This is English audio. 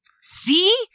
See